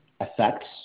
effects